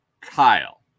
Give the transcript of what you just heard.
Kyle